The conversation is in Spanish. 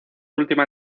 última